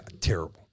terrible